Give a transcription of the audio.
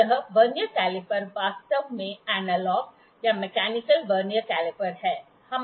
यह vernier caliper वास्तव में एनालॉग या मैकेनिकल वर्नियर कैलीपर है